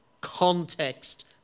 context